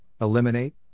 eliminate